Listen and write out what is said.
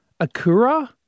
Akura